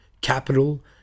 capital